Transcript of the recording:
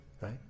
right